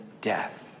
death